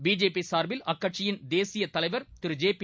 பிஜேபிசார்பில் அக்கட்சியின் தேசியதலைவர் திரு ஜேபி